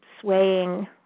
swaying